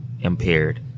impaired